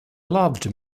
loved